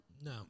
No